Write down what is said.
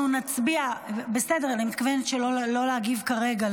אנחנו נצביע --- לא, להעביר לוועדה.